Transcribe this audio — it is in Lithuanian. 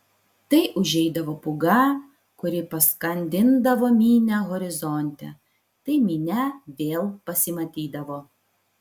tai užeidavo pūga kuri paskandindavo minią horizonte tai minia vėl pasimatydavo